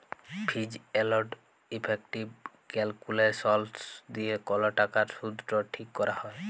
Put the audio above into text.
ফিজ এলড ইফেকটিভ ক্যালকুলেসলস দিয়ে কল টাকার শুধট ঠিক ক্যরা হ্যয়